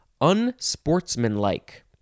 unsportsmanlike